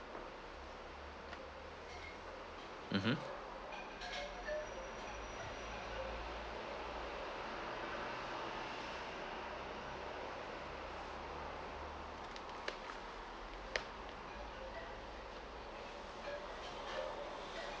mmhmm